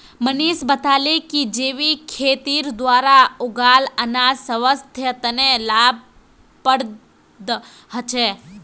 मनीष बताले कि जैविक खेतीर द्वारा उगाल अनाज स्वास्थ्य तने लाभप्रद ह छे